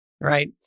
right